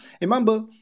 Remember